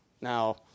Now